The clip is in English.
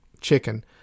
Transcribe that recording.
chicken